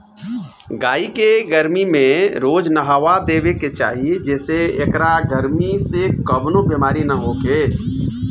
गाई के गरमी में रोज नहावा देवे के चाही जेसे एकरा गरमी से कवनो बेमारी ना होखे